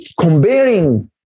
comparing